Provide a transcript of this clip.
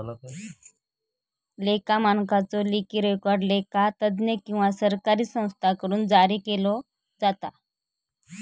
लेखा मानकांचो लेखी रेकॉर्ड लेखा तज्ञ किंवा सरकारी संस्थांकडुन जारी केलो जाता